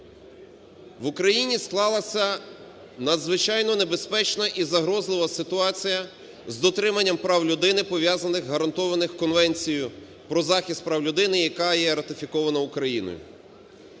В Україні склалася надзвичайно небезпечна і загрозлива ситуація з дотриманням прав людини пов'язаних гарантованих Конвенцією про захист прав людини, яка є ратифікована Україною.